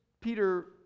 Peter